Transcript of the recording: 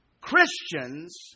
Christians